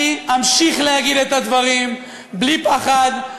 אני אמשיך להגיד את הדברים בלי פחד,